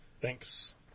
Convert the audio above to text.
Thanks